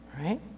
right